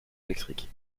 électrique